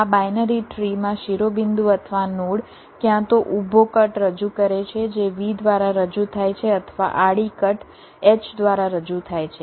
આ binary tree માં શિરોબિંદુ અથવા નોડ ક્યાં તો ઊભો કટ રજૂ કરે છે જે V દ્વારા રજૂ થાય છે અથવા આડી કટ H દ્વારા રજૂ થાય છે